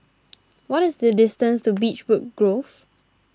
what is the distance to Beechwood Grove